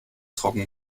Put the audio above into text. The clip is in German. trocken